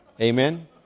Amen